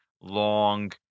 Long